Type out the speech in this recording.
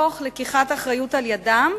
תוך לקיחת אחריות על-ידם,